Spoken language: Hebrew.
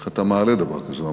איך אתה מעלה דבר כזה?